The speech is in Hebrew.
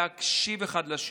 להקשיב אחד לשני.